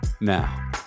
Now